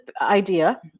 idea